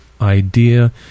idea